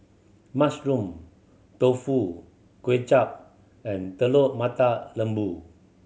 Mushroom Tofu Kuay Chap and Telur Mata Lembu